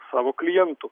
savo klientų